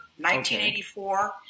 1984